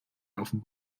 laufen